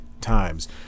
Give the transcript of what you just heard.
times